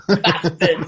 Bastard